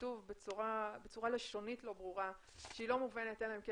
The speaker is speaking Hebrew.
שכתוב בצורה לשונית לא ברורה שהיא לא מובנת אלא אם כן